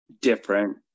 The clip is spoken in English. different